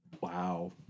Wow